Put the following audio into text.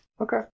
Okay